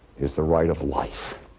is the right of life